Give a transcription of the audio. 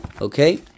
Okay